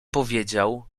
powiedział